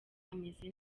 ameze